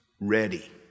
ready